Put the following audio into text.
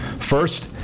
First